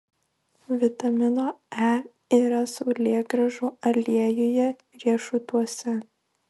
vitamino e yra saulėgrąžų aliejuje riešutuose